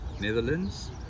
Netherlands